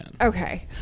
Okay